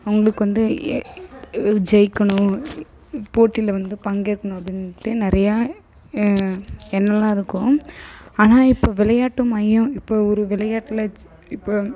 அவங்களுக்கு வந்து ஏ ஜெயிக்கணும் போட்டியில வந்து பங்கேற்கணும் அப்படின்ட்டு நிறையா எண்ணலாம் இருக்கும் ஆனால் இப்போ விளையாட்டு மையம் இப்போது ஒரு விளையாட்டில் ஜ் இப்போ